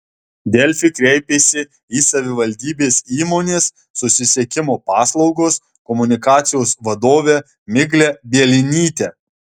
delfi kreipėsi į savivaldybės įmonės susisiekimo paslaugos komunikacijos vadovę miglę bielinytę